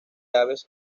aves